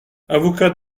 avocat